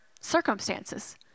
circumstances